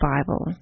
Bible